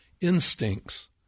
instincts